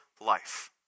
life